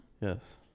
Yes